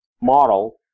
model